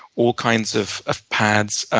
all kinds of of pads.